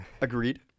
Agreed